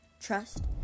trust